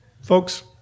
Folks